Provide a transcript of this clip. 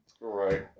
Right